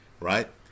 right